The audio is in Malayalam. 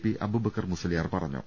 പി അബൂബക്കർ മുസ്ലിയാർ പറഞ്ഞു